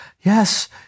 yes